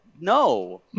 no